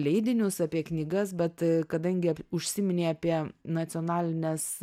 leidinius apie knygas bet kadangi užsiminei apie nacionalinės